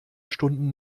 stunden